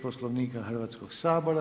Poslovnika Hrvatskog sabora.